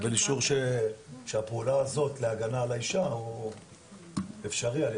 צריך לקבל אישור שהפעולה הזאת להגנה על האישה הוא אפשרי על ידי